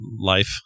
life